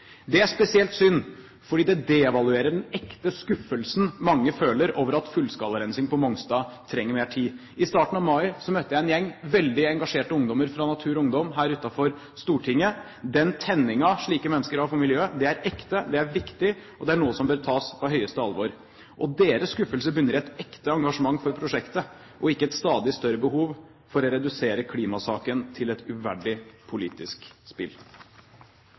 er spesielt synd, fordi det devaluerer den ekte skuffelsen mange føler over at fullskalarensing på Mongstad trenger mer tid. I starten av mai møtte jeg en gjeng veldig engasjerte ungdommer fra Natur og Ungdom utenfor Stortinget. Den tenningen slike mennesker har for miljøet, er ekte, det er viktig, og det er noe som bør tas på høyeste alvor. Deres skuffelse bunner i et ekte engasjement for prosjektet og ikke et stadig større behov for å redusere klimasaken til et uverdig politisk spill.